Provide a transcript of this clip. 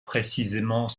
précisément